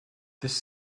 this